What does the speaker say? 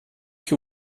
que